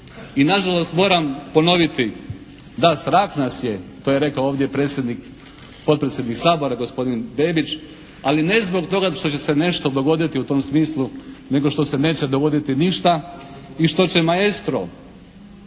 I nažalost moram ponoviti, da, strah nas je. To je rekao ovdje predsjednik, potpredsjednik Sabora gospodin Bebić, ali ne zbog toga što će se nešto dogoditi u tom smislu nego što se neće dogoditi ništa, i što će "Maestro"